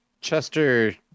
Chester